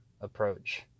approach